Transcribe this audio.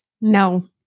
No